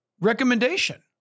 recommendation